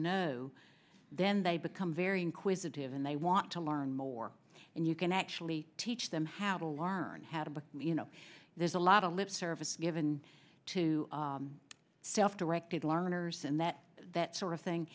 know then they become very inquisitive and they want to learn more and you can actually teach them how to learn how to but you know there's a lot of lip service given to self directed learners and that that sort of thing